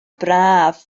braf